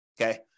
Okay